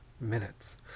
Minutes